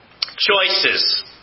choices